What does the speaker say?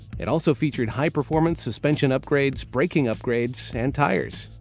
it also featured high-performance suspension upgrades, braking upgrades, and tires.